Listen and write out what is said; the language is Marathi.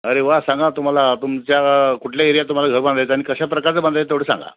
अरे वा सांगा तुम्हाला तुमच्या कुठल्या एरियात तुम्हाला घर बांधायचं आहे आणि कशा प्रकारचं बांधायचं आहे तेवढं सांगा